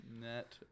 net